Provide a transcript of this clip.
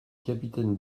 capitaine